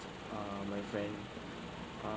um my friend uh